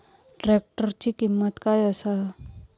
ट्रॅक्टराची किंमत काय आसा?